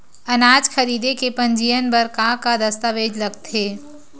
अनाज खरीदे के पंजीयन बर का का दस्तावेज लगथे?